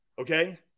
Okay